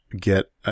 get